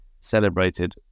celebrated